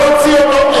להוציא אותו.